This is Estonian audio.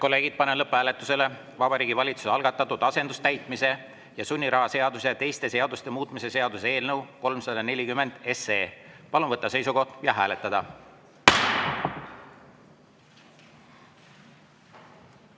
kolleegid, panen lõpphääletusele Vabariigi Valitsuse algatatud asendustäitmise ja sunniraha seaduse ja teiste seaduste muutmise seaduse eelnõu 340. Palun võtta seisukoht ja hääletada!